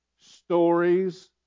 Stories